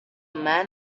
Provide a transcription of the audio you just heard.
men